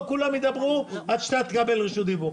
כולם ידברו וגם אתה תקבל רשות דיבור.